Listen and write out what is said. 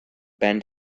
bend